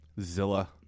Zilla